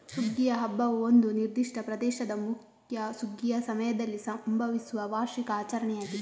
ಸುಗ್ಗಿಯ ಹಬ್ಬವು ಒಂದು ನಿರ್ದಿಷ್ಟ ಪ್ರದೇಶದ ಮುಖ್ಯ ಸುಗ್ಗಿಯ ಸಮಯದಲ್ಲಿ ಸಂಭವಿಸುವ ವಾರ್ಷಿಕ ಆಚರಣೆಯಾಗಿದೆ